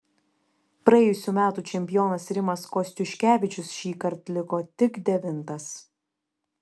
praėjusių metų čempionas rimas kostiuškevičius šįkart liko tik devintas